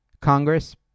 Congress